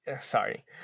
Sorry